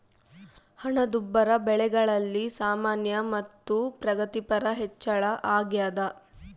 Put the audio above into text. ಹಣದುಬ್ಬರ ಬೆಲೆಗಳಲ್ಲಿ ಸಾಮಾನ್ಯ ಮತ್ತು ಪ್ರಗತಿಪರ ಹೆಚ್ಚಳ ಅಗ್ಯಾದ